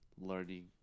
learning